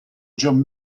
john